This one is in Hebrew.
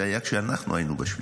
זה היה כשאנחנו היינו בשלטון.